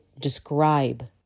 describe